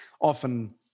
often